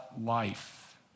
life